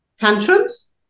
tantrums